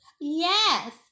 Yes